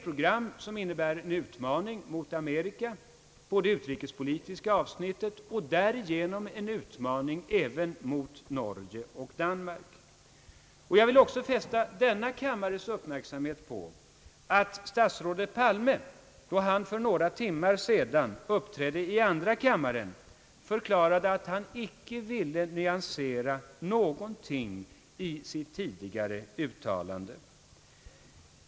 Programmet innebär en utmaning mot Amerika på det utrikespolitiska avsnittet och därigenom en utmaning även mot Norge och Danmark. Jag vill också fästa denna kammares uppmärksamhet på att statsrådet Palme, då han för några timmar sedan uppträdde i andra kammaren, förklarade att han icke ville nyansera någonting i sitt tidigare uttalande.